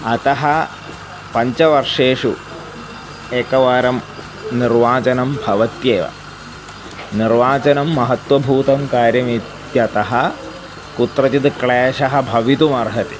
अतः पञ्चवर्षेषु एकवारं निर्वाचनं भवत्येव निर्वाचनं महत्वभूतं कार्यम् इत्यतः कुत्रचिद् क्लेशः भवितुम् अर्हति